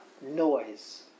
noise